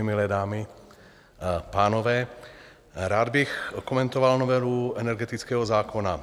Milé dámy a pánové, rád bych okomentoval novelu energetického zákona.